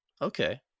Okay